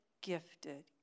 gifted